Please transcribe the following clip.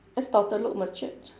S daughter look matured